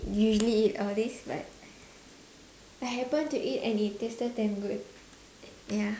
usually eat all this but I happen to eat and it tasted damn good ya